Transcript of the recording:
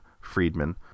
Friedman